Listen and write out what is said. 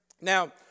Now